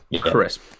Crisp